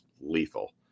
lethal